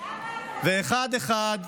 ואחד-אחד,